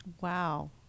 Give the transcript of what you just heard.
Wow